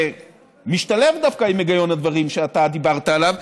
זה דווקא משתלב עם היגיון הדברים שאתה דיברת עליו,